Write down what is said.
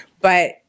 but-